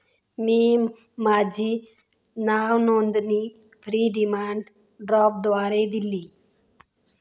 मी माझी नावनोंदणी fee demand ड्राफ्टद्वारे दिली